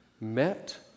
met